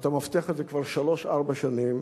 ואתה מבטיח את זה כבר שלוש-ארבע שנים,